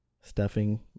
stuffing